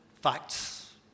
facts